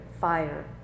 fire